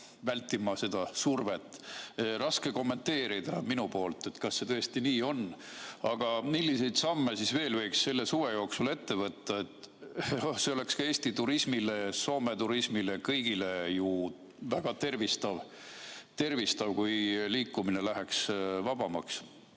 vältima seda survet. Minul on raske kommenteerida, kas see tõesti nii on. Aga milliseid samme veel võiks selle suve jooksul ette võtta? See oleks ju Eesti turismile, Soome turismile ja kõigile väga tervistav, kui liikumine läheks vabamaks.